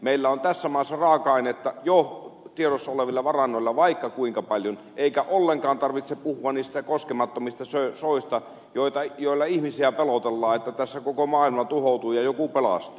meillä on tässä maassa raaka ainetta jo tiedossa olevilla varannoilla vaikka kuinka paljon eikä ollenkaan tarvitse puhua niistä koskemattomista soista joilla ihmisiä pelotellaan että tässä koko maailma tuhoutuu ja joku pelastuu